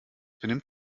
benimmt